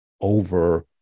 over